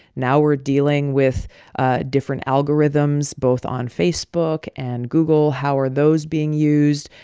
now we're dealing with ah different algorithms both on facebook and google. how are those being used?